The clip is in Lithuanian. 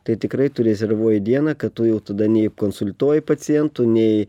tai tikrai tu rezervuoji dieną kad tu jau tada nei konsultuoji pacientų nei